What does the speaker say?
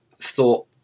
thought